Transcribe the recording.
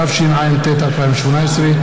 התשע"ט 2018,